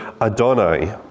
Adonai